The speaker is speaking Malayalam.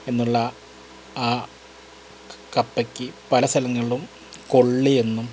എന്നുള്ള ആ ക് കപ്പയ്ക്ക് പല സ്ഥലങ്ങളിലും കൊള്ളി എന്നും